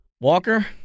Walker